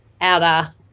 outer